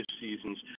seasons